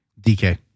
DK